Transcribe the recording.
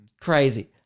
Crazy